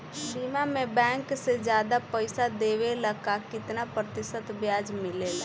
बीमा में बैंक से ज्यादा पइसा देवेला का कितना प्रतिशत ब्याज मिलेला?